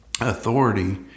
authority